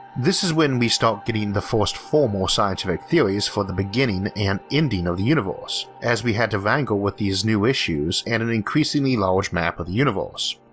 this is when we start getting the first formal scientific theories for the beginning and ending of the universe, as we had to wrangle with these new issues and an increasingly large map of the universe.